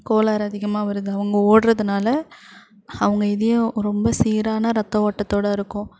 கோளாறு அதிகமாக வருது அவங்க ஓடுறதுனால அவங்க இதயம் ரொம்ப சீரான ரத்த ஓட்டத்தோடய இருக்கும்